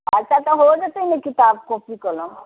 अच्छा तऽ हो जेतै ने किताब कॉपी कलम